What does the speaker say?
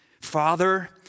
Father